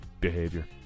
behavior